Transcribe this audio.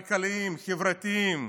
כלכליים, חברתיים,